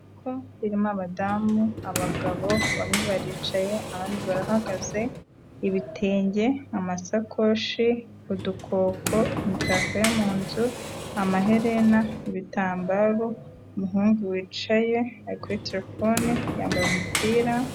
Isoko ririmo abadamu, abagabo, bamwe baricaye abandi barahagaze, ibitenge, amasakoshi udukoko, imitako yo mu nzu, amaherena, ibitambaro, umuhungu wicaye ari kuri terefone, yambaye umupira...